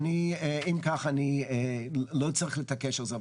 אם כך אני לא צריך להתעקש על זה,